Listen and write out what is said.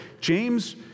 James